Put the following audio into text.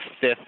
fifth